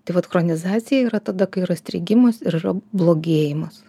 tai vat chronizacija yra tada kai yra strigimas ir yra blogėjimas